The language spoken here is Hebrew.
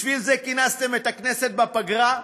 בשביל זה כינסתם את הכנסת בפגרה?